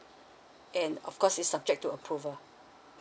and of course is subject to approval